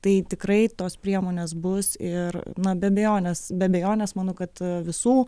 tai tikrai tos priemonės bus ir na be abejonės be abejonės manau kad visų